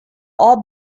all